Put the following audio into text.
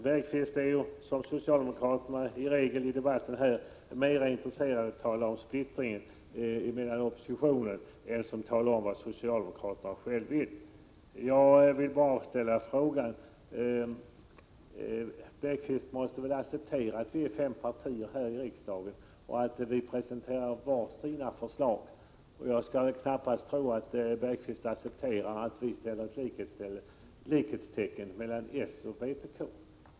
Bergqvist är ju, som socialdemokraterna i regel är här i debatterna, mera intresserad av att tala om splittringen inom oppositionen än av att tala om vad socialdemokraterna själva vill. Jag vill bara ställa följande fråga: Bergqvist måste väl acceptera att vi har fem partier här i riksdagen, som vart och ett presenterar sina förslag? Jag skulle knappast tro att Bergqvist accepterar att vi sätter likhetstecken mellan s och vpk.